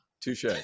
Touche